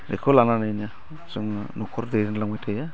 बेखौ लानानैनो जोङो न'खर दैदेनलांबाय थायो